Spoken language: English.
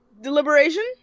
Deliberation